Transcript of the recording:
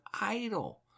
idol